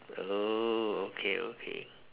oh okay okay